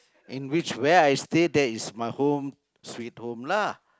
in which where I stay that is my home sweet home lah